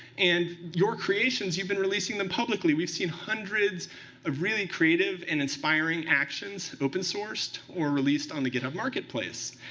and your creations, you've been releasing them publicly. we've seen hundreds of really creative and inspiring actions open-sourced or released on the github marketplace.